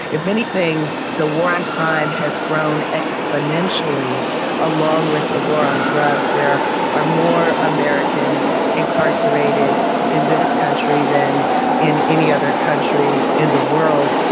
if anything the war on crime has grown exponentially along with the war on drugs. there are more americans incarcerated in this country than in any other country in the world.